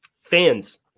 Fans